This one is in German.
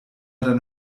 dann